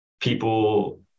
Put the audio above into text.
people